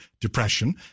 depression